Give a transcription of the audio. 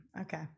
Okay